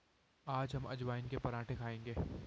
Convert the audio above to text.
आज हम अजवाइन के पराठे खाएंगे